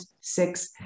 six